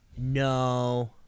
no